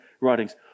writings